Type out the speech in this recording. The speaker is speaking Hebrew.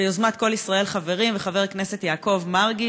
ביוזמת "כל ישראל חברים" וחבר הכנסת יעקב מרגי,